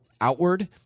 outward